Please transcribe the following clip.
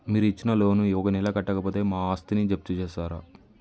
మీరు ఇచ్చిన లోన్ ను ఒక నెల కట్టకపోతే మా ఆస్తిని జప్తు చేస్తరా?